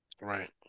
Right